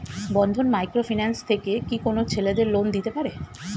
বন্ধন micro finance থেকে কি কোন ছেলেদের লোন দিতে পারে?